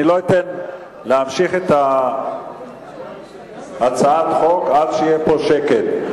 אני לא אתן להמשיך את הדיון בהצעת החוק עד שיהיה פה שקט,